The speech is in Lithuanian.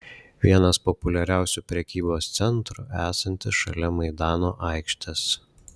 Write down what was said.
vienas populiariausių prekybos centrų esantis šalia maidano aikštės